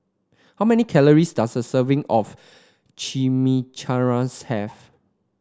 how many calories does a serving of Chimichangas have